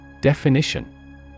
Definition